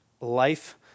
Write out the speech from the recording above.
life